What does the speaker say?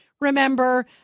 remember